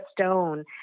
stone